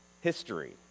history